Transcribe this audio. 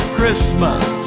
Christmas